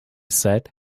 said